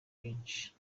rwinshi